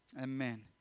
Amen